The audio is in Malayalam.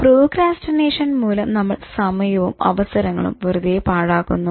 പ്രോക്രാസ്റ്റിനേഷൻ മൂലം നമ്മൾ സമയവും അവസരങ്ങളും വെറുതെ പാഴാക്കുന്നു